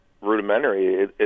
rudimentary